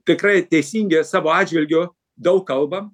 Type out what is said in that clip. tikrai teisingi savo atžvilgiu daug kalbam